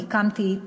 אני הקמתי,